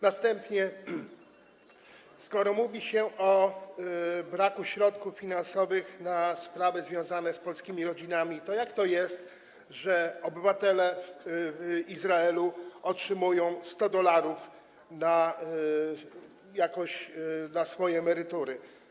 Następnie, skoro mówi się o braku środków finansowych na sprawy związane z polskimi rodzinami, to jak to jest, że obywatele w Izraelu otrzymują 100 dolarów na swoje emerytury?